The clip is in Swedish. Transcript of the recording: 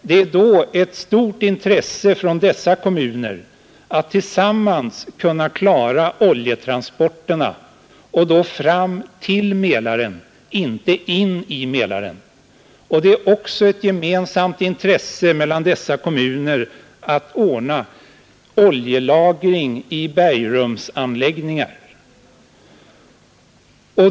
Det är då ett stort intresse för dessa kommuner att tillsammans kunna klara oljetransporterna — och då fram till Mälaren, inte in i Mälaren. Det är också ett gemensamt intresse för dessa kommuner att ordna oljelagring i bergrumsanläggningar.